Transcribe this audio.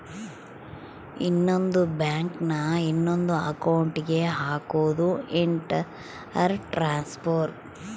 ಇನ್ನೊಂದ್ ಬ್ಯಾಂಕ್ ನ ಇನೊಂದ್ ಅಕೌಂಟ್ ಗೆ ಹಕೋದು ಇಂಟರ್ ಟ್ರಾನ್ಸ್ಫರ್